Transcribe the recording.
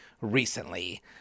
recently